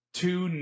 two